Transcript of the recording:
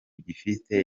gifite